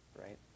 right